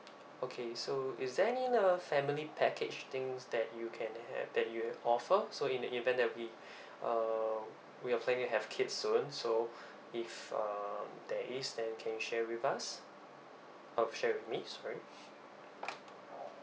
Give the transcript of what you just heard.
okay so is there any a family package things that you can have that you can offer so in the event that we uh we are planning to have kids soon so if uh there is then you can share with us uh share with me sorry